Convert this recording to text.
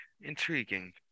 intriguing